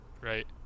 Right